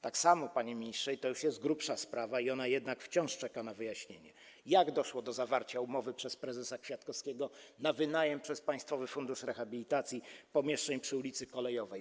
Tak samo, panie ministrze, i to już jest grubsza sprawa i ona jednak wciąż czeka na wyjaśnienie, jak doszło do zawarcia umowy przez prezesa Kwiatkowskiego na wynajem przez państwowy fundusz rehabilitacji pomieszczeń przy ul. Kolejowej?